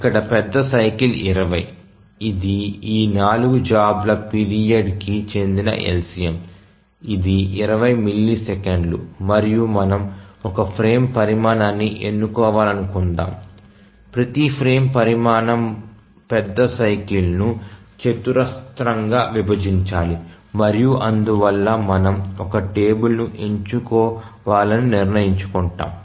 ఇక్కడ పెద్ద సైకిల్ 20 ఇది ఈ నాలుగు జాబ్ల పీరియడ్కి చెందిన LCM ఇది 20 మిల్లీసెకన్లు మరియు మనము ఒక ఫ్రేమ్ పరిమాణాన్ని ఎన్నుకోవాలనుకుందాం ప్రతి ఫ్రేమ్ పరిమాణం పెద్ద సైకిల్ ను చతురస్రంగా విభజించాలి మరియు అందువల్ల మనము ఒక టేబుల్ను ఎంచుకోవాలని నిర్ణయించుకుంటాము